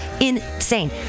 insane